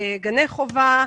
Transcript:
גני חובה,